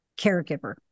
caregiver